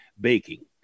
baking